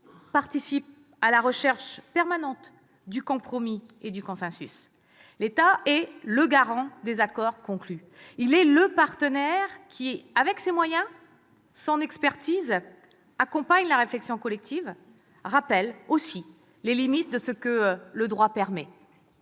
participe à la recherche permanente du compromis et du consensus. L'État est le garant des accords conclus. Il est le partenaire qui, avec ses moyens et son expertise, accompagne la réflexion collective, rappelle aussi les limites de ce que le droit permet.